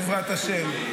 בעזרת השם.